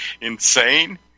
insane